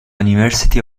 university